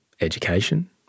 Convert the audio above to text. education